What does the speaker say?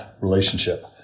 relationship